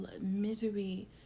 Misery